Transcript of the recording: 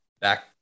back